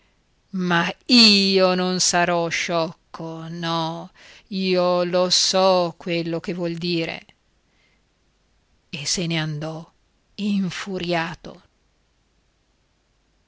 ma io non sarò sciocco no io lo so quello che vuol dire e se ne andò infuriato